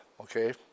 Okay